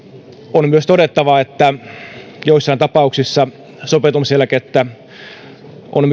on myös todettava että joissain tapauksissa sopeutumiseläkettä on